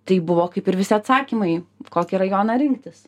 tai buvo kaip ir visi atsakymai kokį rajoną rinktis